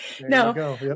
No